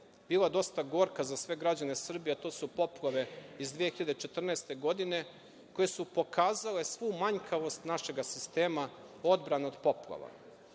bila dosta gorka za sve građane Srbije, a to su poplave iz 2014. godine, koje su pokazale svu manjkavost našeg sistema, odbrane od poplava.